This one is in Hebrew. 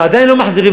לשם עדיין לא מחזירים,